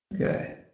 Okay